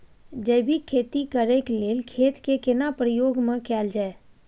जैविक खेती करेक लैल खेत के केना प्रयोग में कैल जाय?